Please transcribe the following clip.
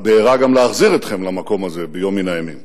הבעירה גם, להחזיר אתכם למקום הזה ביום מן הימים.